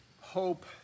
hope